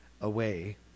away